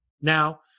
Now